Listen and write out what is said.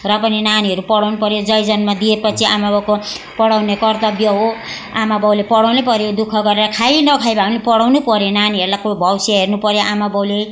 र पनि नानीहरू पढाउनु पर्यो जाय जन्म दिए पछि आमा बाउको पढाउने कर्तव्य हो आमा बाउले पढाउनु पर्यो दुःख गरेर खाई नखाई गरेर भए पनि पढाउनु पर्यो नानीहरूलाई कोही भविष्य हेर्नु पर्यो आमा बाउले